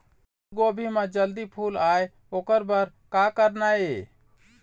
फूलगोभी म जल्दी फूल आय ओकर बर का करना ये?